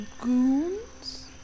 goons